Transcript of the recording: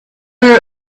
her